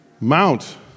Mount